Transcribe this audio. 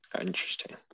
Interesting